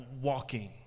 walking